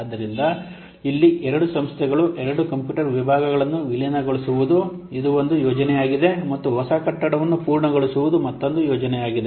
ಆದ್ದರಿಂದ ಇಲ್ಲಿ ಎರಡು ಸಂಸ್ಥೆಗಳ ಎರಡು ಕಂಪ್ಯೂಟರ್ ವಿಭಾಗಗಳನ್ನು ವಿಲೀನಗೊಳಿಸುವುದು ಇದು ಒಂದು ಯೋಜನೆಯಾಗಿದೆ ಮತ್ತು ಹೊಸ ಕಟ್ಟಡವನ್ನು ಪೂರ್ಣಗೊಳಿಸುವುದು ಮತ್ತೊಂದು ಯೋಜನೆಯಾಗಿದೆ